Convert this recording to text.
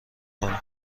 کنی